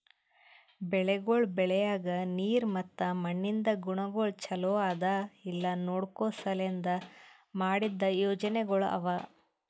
ಬೆಳಿಗೊಳ್ ಬೆಳಿಯಾಗ್ ನೀರ್ ಮತ್ತ ಮಣ್ಣಿಂದ್ ಗುಣಗೊಳ್ ಛಲೋ ಅದಾ ಇಲ್ಲಾ ನೋಡ್ಕೋ ಸಲೆಂದ್ ಮಾಡಿದ್ದ ಯೋಜನೆಗೊಳ್ ಅವಾ